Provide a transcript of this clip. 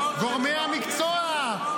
גורמי המקצוע.